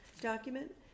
document